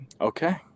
Okay